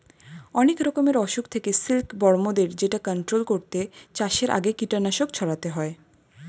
অনেক রকমের অসুখ থেকে সিল্ক বর্মদের যেটা কন্ট্রোল করতে চাষের আগে কীটনাশক ছড়াতে হয়